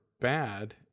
Bad